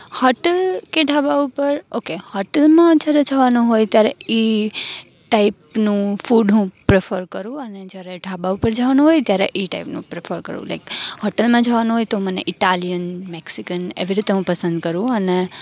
hotel કે ઢાબા ઉપર okay હોટલમાં જ્યારે જવાનું હોય ત્યારે ઈ ટાઈપનું ફૂડ હું પ્રીફર કરું અને જ્યારે ઢાબા ઉપર જવાનું હોયને ત્યારે ઈ ટાઈપનું પ્રીફર કરું લાઇક હોટલમાં જવાનું હોય તો મને ઇટાલિયન મેક્સિકન એવી રીતે હું પસંદ કરું અને